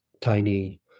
tiny